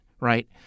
right